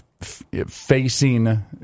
facing